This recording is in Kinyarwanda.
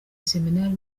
iseminari